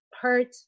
hurt